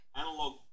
Analog